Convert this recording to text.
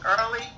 early